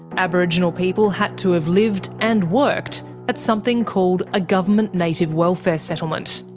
aboriginal people had to have lived and worked at something called a government native welfare settlement.